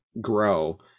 grow